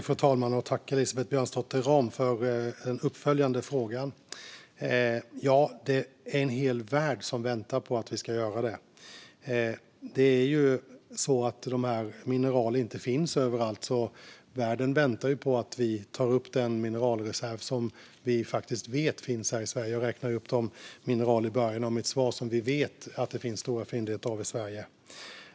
Fru talman! Jag tackar Elisabeth Björnsdotter Rahm för den uppföljande frågan. Ja, det är en hel värld som väntar på att vi ska göra detta. De här mineralen finns ju inte överallt, så världen väntar på att vi ska ta upp den mineralreserv som vi faktiskt vet finns här i Sverige. Jag räknade ju i början av mitt svar upp de mineral som vi vet att det finns stora fyndigheter av i Sverige.